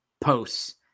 posts